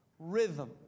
Rhythm